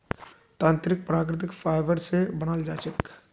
तंत्रीक प्राकृतिक फाइबर स बनाल जा छेक